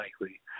likely